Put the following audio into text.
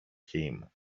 him